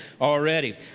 already